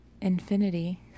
infinity